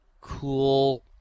cool